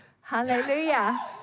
Hallelujah